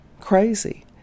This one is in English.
crazy